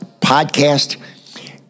podcast